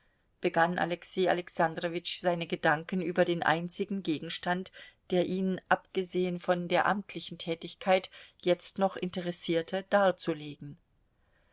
begann alexei alexandrowitsch seine gedanken über den einzigen gegenstand der ihn abgesehen von der amtlichen tätigkeit jetzt noch interessierte darzulegen